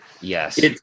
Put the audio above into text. Yes